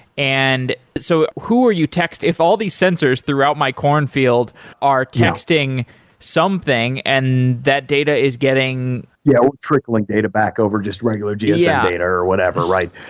and so who are you text if all these sensors throughout my cornfield are texting something and that data is getting yeah, we're trickling data back over just regular gsm yeah data or whatever, right?